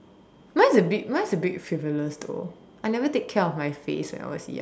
mine's a bit mine's a bit frivolous though I never take care of my face when I was young